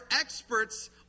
experts